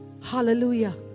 hallelujah